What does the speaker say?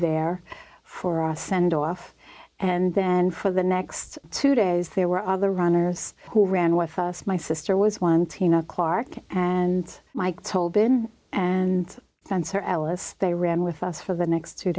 there for a sendoff and then for the next two days there were other runners who ran with us my sister was one tina clark and mike told been and spencer alice they ran with us for the next two